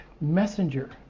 messenger